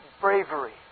bravery